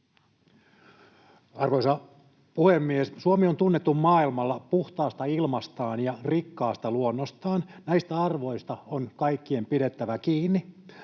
Arvoisa puhemies! Suomi on tunnettu maailmalla puhtaasta ilmastaan ja rikkaasta luonnostaan. Näistä arvoista on kaikkien pidettävä kiinni.